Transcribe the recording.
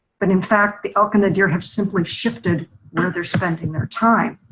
but in fact, the elk and deer have simply shifted where they're spending their time.